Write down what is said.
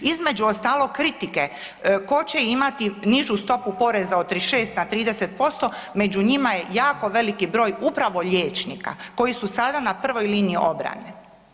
Između ostalog, kritike tko će imati nižu stopu poreza od 36 na 30%, među njima je jako veliki broj upravo liječnika koji su sada na prvoj liniji obrane.